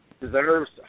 deserves